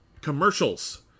commercials